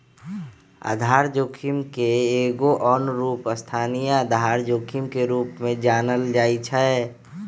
आधार जोखिम के एगो आन रूप स्थानीय आधार जोखिम के रूप में जानल जाइ छै